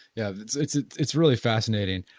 yeah, it's, it's ah it's really fascinating.